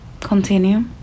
continue